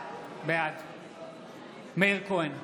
בעד מאיר כהן,